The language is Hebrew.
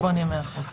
על חשבון ימי החופש.